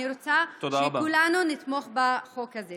אני רוצה שכולנו נתמוך בחוק הזה.